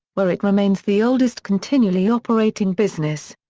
where it remains the oldest continually operating business.